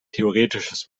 theoretisches